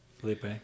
Felipe